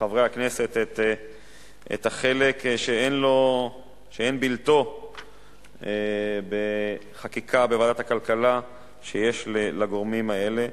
לחברי הכנסת את החלק שאין בלתו בחקיקה בוועדת הכלכלה שיש לגורמים האלה.